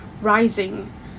rising